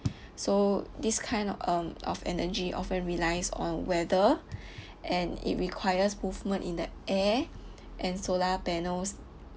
so this kind um of energy often relies on weather and it requires movement in the air and solar panels